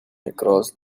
across